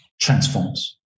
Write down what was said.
transforms